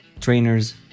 Trainers